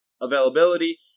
availability